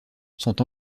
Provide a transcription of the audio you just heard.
sont